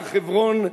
הר-חברון,